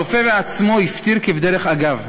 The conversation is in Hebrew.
הרופא בעצמו הפטיר כבדרך אגב: